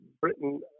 Britain